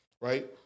right